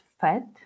fat